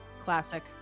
Classic